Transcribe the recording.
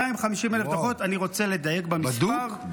250,000 דוחות, אני רוצה לדייק במספר -- בדוק?